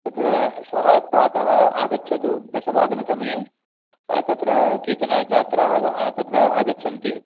तत्र श्वः प्रातः आगच्छतु दशवादनसमये तत्र केचन छात्राः तत्र आगच्छन्ति